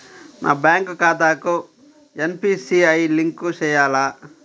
నా బ్యాంక్ ఖాతాకి NPCI link చేయాలా?